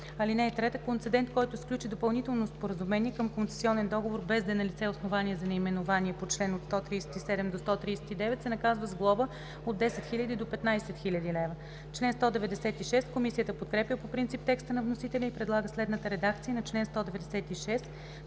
(3) Концедент, който сключи допълнително споразумение към концесионен договор, без да е налице основание за изменение по чл. 137-139, се наказва с глоба от 10 000 до 15 000 лв.“ Комисията подкрепя по принцип текста на вносителя и предлага следната редакция на чл. 196: